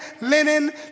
linen